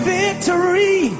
victory